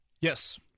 yes